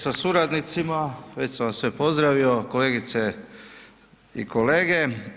sa suradnicima, već sam vas sve pozdravio, kolegice i kolege.